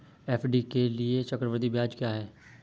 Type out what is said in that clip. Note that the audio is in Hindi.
एफ.डी के लिए चक्रवृद्धि ब्याज क्या है?